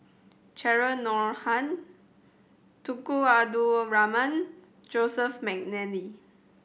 Cheryl Noronha Tunku Abdul Rahman Joseph McNally